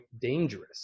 dangerous